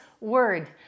word